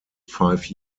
five